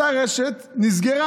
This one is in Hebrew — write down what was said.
אותה רשת נסגרה